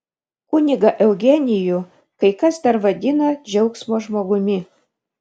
kunigą eugenijų kai kas dar vadino džiaugsmo žmogumi